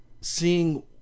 seeing